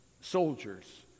soldiers